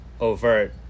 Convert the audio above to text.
overt